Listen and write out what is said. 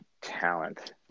talent